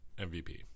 MVP